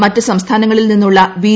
മറ്റ് സംസ്ഥാനങ്ങളിൽ നിന്നുള്ള ബി